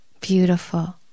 beautiful